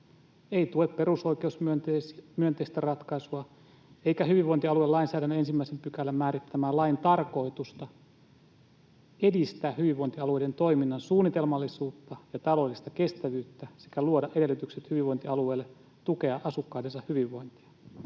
ei tue perusoikeusmyönteisiä ratkaisuja eikä hyvinvointialuelainsäädännön 1 §:n määrittämää lain tarkoitusta edistää hyvinvointialueiden toiminnan suunnitelmallisuutta ja taloudellista kestävyyttä sekä luoda edellytykset hyvinvointialueelle tukea asukkaidensa hyvinvointia.”